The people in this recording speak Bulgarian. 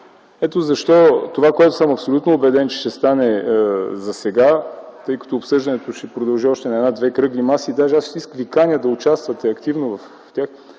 Ето защо това, в което съм абсолютно убеден, че ще стане засега, тъй като обсъждането ще продължи още на една-две кръгли маси – аз даже ви каня да участвате активно в тях,